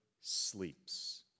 sleeps